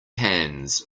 hands